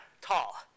tall